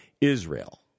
Israel